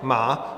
Má?